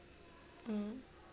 mm